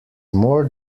more